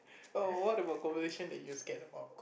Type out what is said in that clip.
oh what about conversations that you're scared about